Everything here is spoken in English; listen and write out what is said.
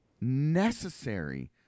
necessary